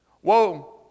Whoa